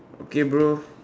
okay bro